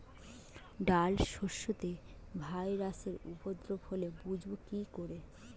ডাল শস্যতে ভাইরাসের উপদ্রব হলে বুঝবো কি করে?